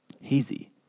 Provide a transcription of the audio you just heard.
Hazy